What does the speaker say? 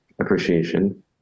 appreciation